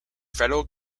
federal